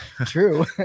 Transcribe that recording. true